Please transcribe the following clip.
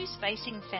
facing